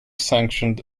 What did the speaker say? sanctioned